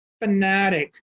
fanatic